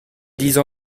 disent